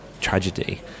tragedy